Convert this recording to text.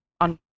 on